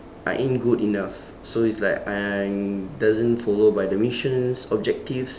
I ain't good enough so it's like I'm doesn't follow by the mission's objectives